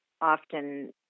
often